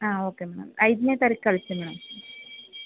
ಹಾಂ okay madam ಐದನೇ ತಾರೀಕು ಕಳಿಸಿ ಮೇಡಂ